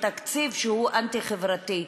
בתקציב שהוא אנטי-חברתי,